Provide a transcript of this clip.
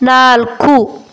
ನಾಲ್ಕು